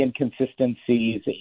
inconsistencies